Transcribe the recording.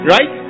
Right